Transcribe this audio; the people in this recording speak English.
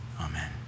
Amen